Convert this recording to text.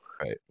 Right